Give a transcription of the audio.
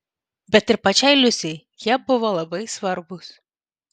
bet ir pačiai liusei jie buvo labai svarbūs